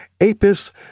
Apis